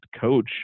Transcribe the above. coach